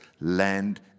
land